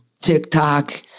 TikTok